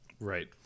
Right